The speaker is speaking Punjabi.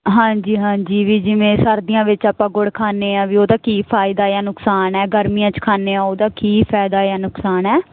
ਹਾਂਜੀ ਹਾਂਜੀ ਵੀ ਜਿਵੇਂ ਸਰਦੀਆਂ ਵਿੱਚ ਆਪਾਂ ਗੁੜ ਖਾਨੇ ਆ ਵੀ ਉਹ ਤਾਂ ਕੀ ਫਾਇਦਾ ਆ ਨੁਕਸਾਨ ਹ ਗਰਮੀਆਂ ਚ ਖਾਨੇ ਆ ਉਹਦਾ ਕੀ ਫਾਇਦਾ ਆ ਨੁਕਸਾਨ ਹ